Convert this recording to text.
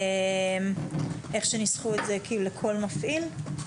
איך שניסחו את זה לכל מפעיל?